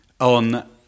On